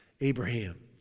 Abraham